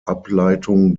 ableitung